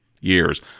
years